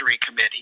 committee